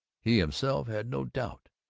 he himself had no doubt.